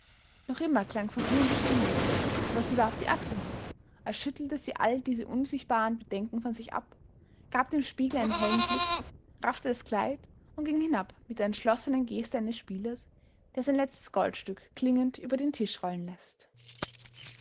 noch immer klang von innen die stimme aber sie warf die achseln hoch als schüttelte sie all diese unsichtbaren bedenken von sich ab gab dem spiegel einen hellen blick raffte das kleid und ging hinab mit der entschlossenen geste eines spielers der sein letztes goldstück klingend über den tisch rollen läßt